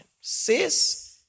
sis